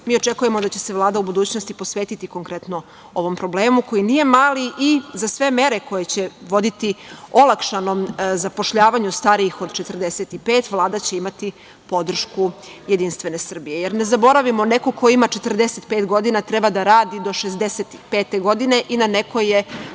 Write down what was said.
očekujemo da će se Vlada u budućnosti posvetiti konkretno ovom problemu, koji nije mali i za sve mere koje će voditi olakšanom zapošljavanju starijih od 45 godina, Vlada će imati podršku Jedinstvene Srbije. Jer, ne zaboravimo, neko ko ima 45 godina treba da radi do 65 godine i na nekoj je